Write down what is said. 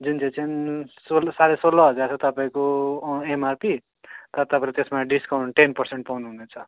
जुन चाहिँ चाहिँ सोह्र साढे सोह्र हजार छ तपाईँको एमआरपी तपाईँले त्यसमा डिस्कउन्ट टेन पर्सेन्ट पााउनुहुनेछ